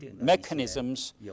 mechanisms